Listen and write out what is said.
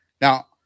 Now